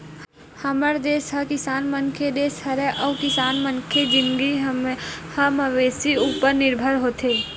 हमर देस ह किसान मन के देस हरय अउ किसान मनखे के जिनगी ह मवेशी उपर निरभर होथे